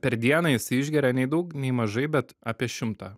per dieną jis išgeria nei daug nei mažai bet apie šimtą